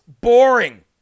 boring